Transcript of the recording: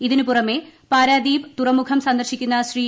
ഇതിന് പുറമെ പാരാദീപ് തുറമുഖം സന്ദർശിക്കുന്ന ശ്രീ